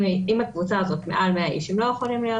אם הקבוצה הזאת מעל 100 איש הם לא יכולים להיות ביחד.